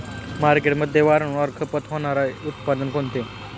मार्केटमध्ये वारंवार खपत होणारे उत्पादन कोणते?